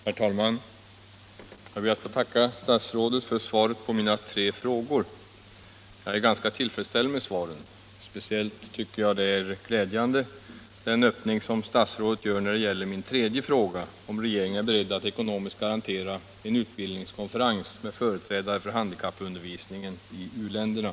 Herr talman! Jag ber att få tacka herr statsrådet för svaret på mina tre frågor. Jag är ganska tillfredsställd med beskeden. Speciellt tycker jag det är glädjande med den öppning som statsrådet gör när det gäller min tredje fråga, om regeringen är beredd att ekonomiskt garantera en utbildningskonferens med företrädare för handikappundervisningen i uländerna.